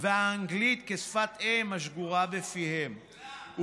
והאנגלית כשפת אם השגורה בפיהם,